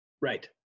Right